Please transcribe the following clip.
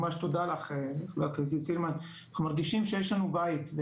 ממש תודה לך עידית סילמן מרגישים שיש לנו בית.